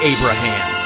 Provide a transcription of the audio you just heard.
Abraham